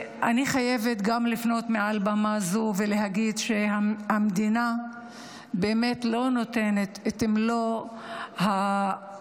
אני חייבת לפנות מעל במה זו ולהגיד שהמדינה לא נותנת את מלוא הכוח,